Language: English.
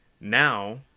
Now